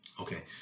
okay